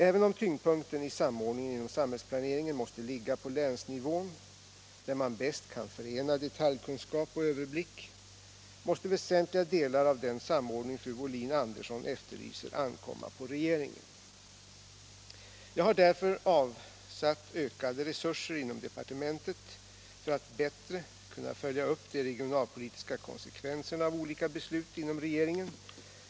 Även om tyngdpunkten i samordningen inom samhällsplaneringen måste ligga på länsnivå — där man bäst kan förena detaljkunskap och överblick — måste väsentliga delar av den samordning fru Wohlin-Andersson efterlyser ankomma på regeringen. Jag har därför avsatt ökade resurser inom departementet för att bättre kunna följa upp de regionalpolitiska konsekvenserna av olika beslut inom regeringen.